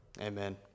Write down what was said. Amen